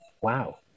wow